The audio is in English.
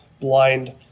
blind